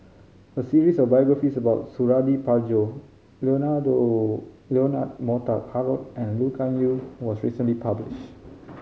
a series of biographies about Suradi Parjo Leonard Montague Harrod and Lee Kuan Yew was recently published